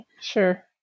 sure